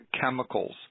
chemicals